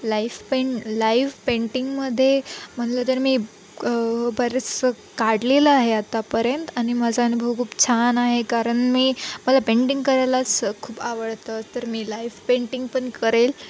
live पें live पेंटिंगमध्ये म्हटलं तर मी क बरेचसं काढलेलं आहे आत्तापर्यंत आणि माझा अनुभव खूप छान आहे कारन मी मला पेंटिंग करायलाच खूप आवडतं तर मी लाईव पेंटिंग पण करेल